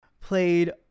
played